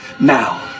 now